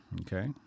Okay